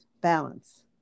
balance